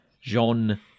Jean